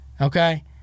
Okay